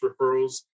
referrals